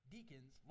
Deacons